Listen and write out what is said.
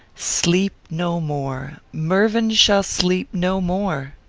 sleep no more! mervyn shall sleep no more.